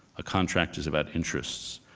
a contract is about interests,